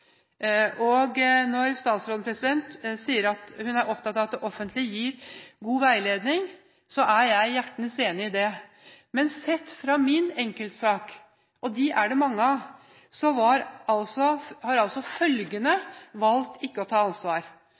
Når statsråden sier at hun er opptatt av at det offentlige gir god veiledning, er jeg hjertens enig i hennes syn på det, men sett fra min enkeltsak – og det er mange av dem – har altså følgende valgt ikke å ta ansvar: